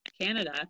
Canada